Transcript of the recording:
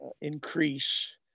increase